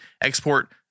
export